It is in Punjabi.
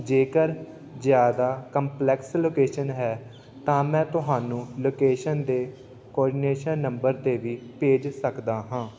ਜੇਕਰ ਜ਼ਿਆਦਾ ਕੰਪਲੈਕਸ ਲੋਕੇਸ਼ਨ ਹੈ ਤਾਂ ਮੈਂ ਤੁਹਾਨੂੰ ਲੋਕੇਸ਼ਨ ਦੇ ਕੋਨੇਸ਼ਨ ਨੰਬਰ 'ਤੇ ਵੀ ਭੇਜ ਸਕਦਾ ਹਾਂ